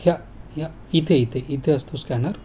ह्या ह्या इथे इथे इथे असतो स्कॅनर